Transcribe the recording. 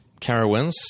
Carowinds